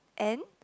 and